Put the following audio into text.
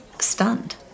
stunned